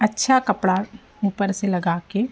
अच्छा कपड़ा ऊपर से लगा कर